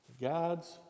God's